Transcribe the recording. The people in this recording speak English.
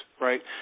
right